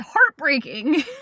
heartbreaking